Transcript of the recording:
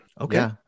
Okay